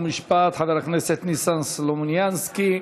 חוק ומשפט חבר הכנסת ניסן סלומינסקי.